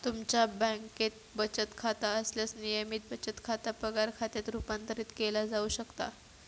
तुमचा बँकेत बचत खाता असल्यास, नियमित बचत खाता पगार खात्यात रूपांतरित केला जाऊ शकता